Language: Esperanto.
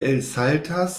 elsaltas